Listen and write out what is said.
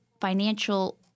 financial